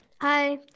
Hi